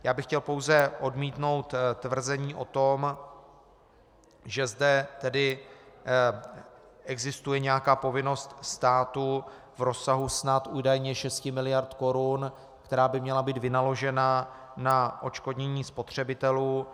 Já bych chtěl pouze odmítnout tvrzení o tom, že zde tedy existuje nějaká povinnost státu v rozsahu snad údajně 6 miliard korun, která by měla být vynaložena na odškodnění spotřebitelů.